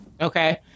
okay